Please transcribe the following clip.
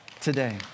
today